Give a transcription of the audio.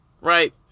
right